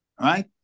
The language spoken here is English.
right